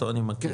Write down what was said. אותו אני מכיר,